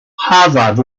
harvard